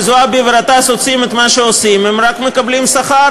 זועבי וגטאס עושים את מה שהם עושים הם רק מקבלים שכר,